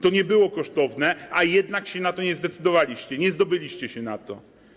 To nie było kosztowne, a jednak się na to nie zdecydowaliście, nie zdobyliście się na to.